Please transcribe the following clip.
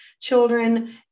children